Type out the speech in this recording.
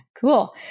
Cool